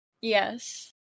Yes